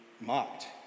mocked